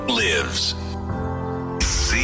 lives